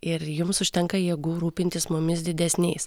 ir jums užtenka jėgų rūpintis mumis didesniais